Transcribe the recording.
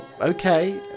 okay